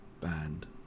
band